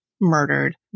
murdered